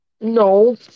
no